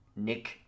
Nick